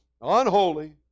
unholy